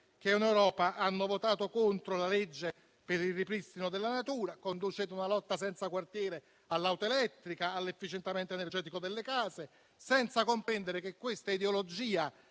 che in Europa hanno votato contro la legge per il ripristino della natura. Conducete una lotta senza quartiere all'auto elettrica e all'efficientamento energetico delle case. Tutto ciò senza comprendere che questa ideologia,